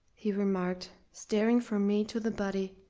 he remarked, staring from me to the body,